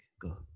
Go